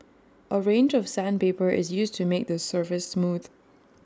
A range of sandpaper is used to make the surface smooth